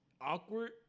awkward